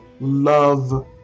love